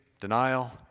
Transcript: denial